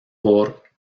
por